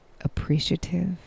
appreciative